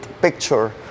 picture